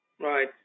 Right